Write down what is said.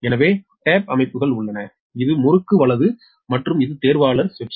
எனவே டேப் அமைப்புகள் உள்ளன இது முறுக்கு வலது மற்றும் இது தேர்வாளர் சுவிட்ச்